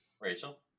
Rachel